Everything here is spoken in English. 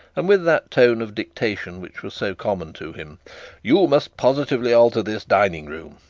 and with that tone of dictation which was so common to him you must positively alter this dining-room,